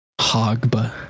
Hogba